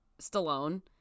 Stallone